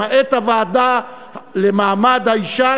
למעט הוועדה למעמד האישה,